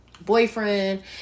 boyfriend